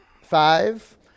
Five